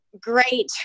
great